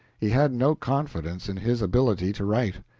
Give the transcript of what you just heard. he had no confidence in his ability to write.